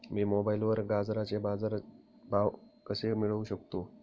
मी मोबाईलवर गाजराचे बाजार भाव कसे मिळवू शकतो?